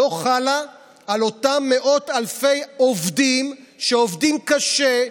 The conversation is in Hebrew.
לא חלה על אותם מאות אלפי עובדים שעובדים קשה,